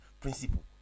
principle